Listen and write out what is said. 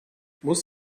muss